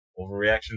Overreaction